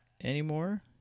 anymore